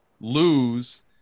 lose